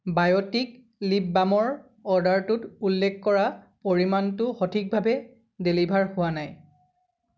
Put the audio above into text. Biotique lip বামৰ অৰ্ডাৰটোত উল্লেখ কৰা পৰিমাণটো সঠিকভাৱে ডেলিভাৰ হোৱা নাই